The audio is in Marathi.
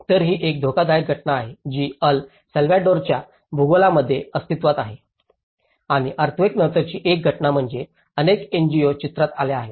तर ही एक धोकादायक घटना आहे जी अल साल्वाडोरच्या भूगोलामध्ये अस्तित्त्वात आहे आणि अर्थक्वेकनंतरची एक घटना म्हणजे अनेक एनजीओ चित्रात आल्या आहेत